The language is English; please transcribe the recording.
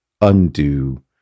undo